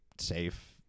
safe